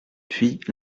puis